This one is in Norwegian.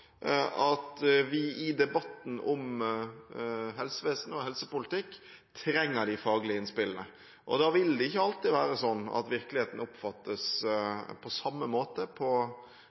at vi i debatten om helsevesenet og helsepolitikk trenger de faglige innspillene. Da vil det ikke alltid være sånn at virkeligheten oppfattes på samme måte på